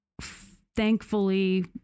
thankfully